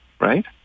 right